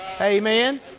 Amen